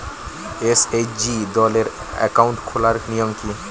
SHG দলের account খোলার নিয়ম কী?